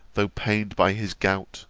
though pained by his gout